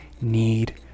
need